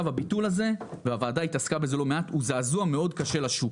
הביטול הזה הוא זעזוע מאוד קשה לשוק,